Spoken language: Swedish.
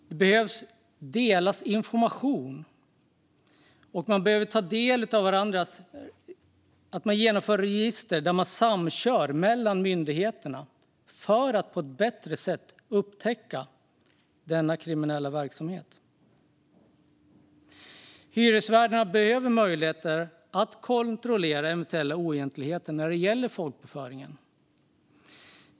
Det behöver delas information, och man behöver samköra register mellan myndigheter för att på ett bättre sätt upptäcka denna kriminella verksamhet. Hyresvärdarna behöver möjligheter att kontrollera eventuella oegentligheter när det gäller folkbokföringen.